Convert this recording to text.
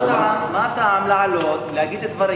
מה הטעם לעלות להגיד דברים